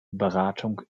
beratung